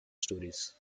stories